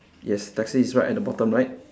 yes taxi is right at the bottom right